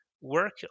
work